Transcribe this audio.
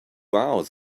hours